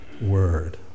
word